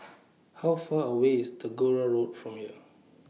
How Far away IS Tagore Road from here